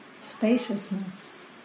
spaciousness